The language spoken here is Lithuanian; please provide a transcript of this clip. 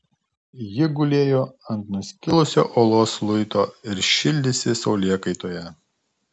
ji gulėjo ant nuskilusio uolos luito ir šildėsi saulėkaitoje